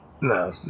No